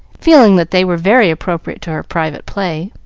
feeling that they were very appropriate to her private play.